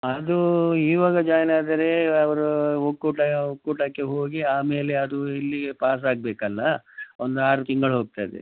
ಅದು ಈವಾಗ ಜಾಯ್ನ್ ಆದರೆ ಅವರು ಒಕ್ಕೂಟ ಒಕ್ಕೂಟಕ್ಕೆ ಹೋಗಿ ಆಮೇಲೆ ಅದು ಇಲ್ಲಿಗೆ ಪಾಸಾಗಬೇಕಲ್ಲ ಒಂದು ಆರು ತಿಂಗಳು ಹೋಗ್ತದೆ